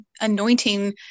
anointing